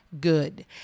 good